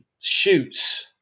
shoots